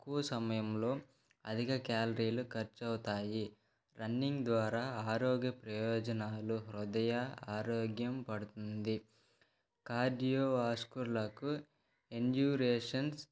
తక్కువ సమయంలో అధిక క్యాలరీలు ఖర్చవుతాయి రన్నింగ్ ద్వారా ఆరోగ్య ప్రయోజనాలు హృదయ ఆరోగ్యం పడుతుంది కార్డియో వాస్కులర్కు ఎండ్యూరెన్సెస్